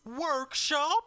workshop